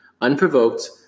unprovoked